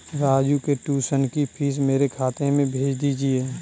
राजू के ट्यूशन की फीस मेरे खाते में भेज दीजिए